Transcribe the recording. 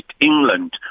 England